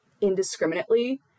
indiscriminately